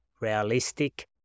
realistic